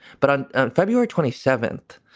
but on february twenty seven.